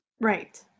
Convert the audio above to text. right